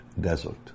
desert